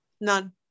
none